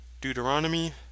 Deuteronomy